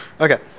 Okay